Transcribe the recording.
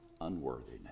unworthiness